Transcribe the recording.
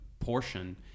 portion